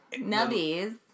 Nubbies